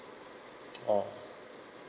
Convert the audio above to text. ah